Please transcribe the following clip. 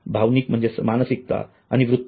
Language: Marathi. भावनिक म्हणजे मानसिकता आणि वृत्ती